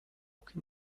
can